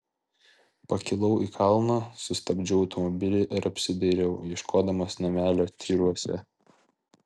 pakilau į kalną sustabdžiau automobilį ir apsidairiau ieškodamas namelio tyruose